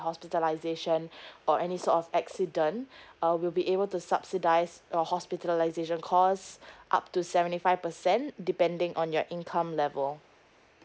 hospitalization or any sort of accident uh we'll be able to subsidize or hospitalization cost up to seventy five percent depending on your income level